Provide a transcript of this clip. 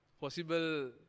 possible